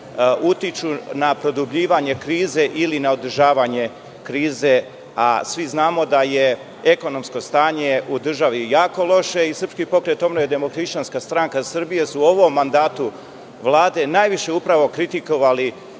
na produbljivanje krize ili na održavanje krize, a svi znamo da je ekonomsko stanje u državi jako loše i Srpski pokret obnove – Demohrišćanska stranka Srbije su u ovom mandatu Vlade najviše, upravo kritikovali